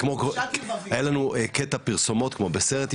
היה לנו קטע פרסומות כמו בסרט יפה,